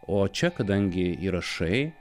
o čia kadangi įrašai